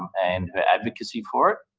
and her advocacy for it,